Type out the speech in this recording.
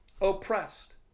oppressed